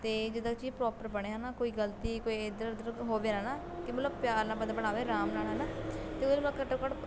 ਅਤੇ ਜਦੋਂ ਚੀਜ਼ ਪ੍ਰੋਪਰ ਬਣੇ ਹੈ ਨਾ ਕੋਈ ਗਲਤੀ ਕੋਈ ਇੱਧਰ ਉੱਧਰ ਹੋਵੇ ਨਾ ਨਾ ਕਿ ਮਤਲਬ ਪਿਆਰ ਨਾਲ ਬੰਦਾ ਬਣਾਵੇ ਆਰਾਮ ਨਾਲ ਹੈ ਨਾ ਅਤੇ ਘੱਟੋ ਘੱਟ